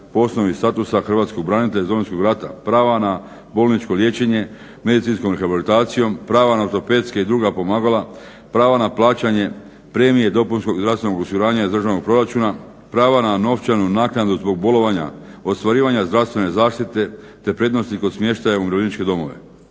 osnovi statusa hrvatskog branitelja iz Domovinskog rata, prava na bolničko liječenje, medicinskom rehabilitacijom, prava na ortopedska i druga pomagala, prava na plaćanje premije dopunskog i zdravstvenog osiguranja iz državnog proračuna, prava na novčanu naknadu zbog bolovanja, ostvarivanja zdravstvene zaštite, te prednosti kod smještaja u umirovljeničke domove.